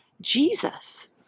Jesus